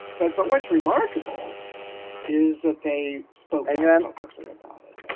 but but what's remarkable is that they spoke out publicly about it. yeah